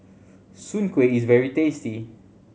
soon kway is very tasty